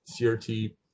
CRT